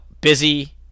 busy